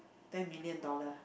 ten million dollars